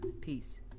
Peace